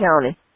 County